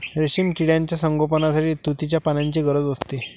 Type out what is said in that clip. रेशीम किड्यांच्या संगोपनासाठी तुतीच्या पानांची गरज असते